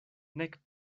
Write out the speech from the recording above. nek